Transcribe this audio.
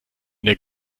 der